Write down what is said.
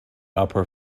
upper